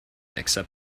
except